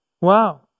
Wow